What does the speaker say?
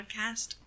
podcast